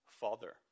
father